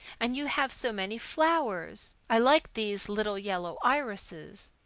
and you have so many flowers. i like these little yellow irises.